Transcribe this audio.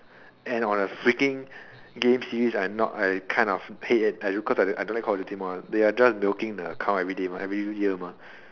and on a freaking game series I not I kind of hate because I don't like call of duty mah they are just milking the cow everyday mah every year mah